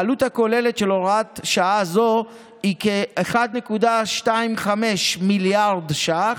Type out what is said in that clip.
העלות הכוללת של הוראת שעה זו היא כ-1.25 מיליארד ש"ח,